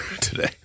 today